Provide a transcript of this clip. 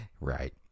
right